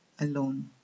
alone